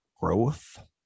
growth